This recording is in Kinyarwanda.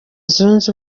zunze